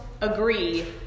agree